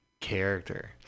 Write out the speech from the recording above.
character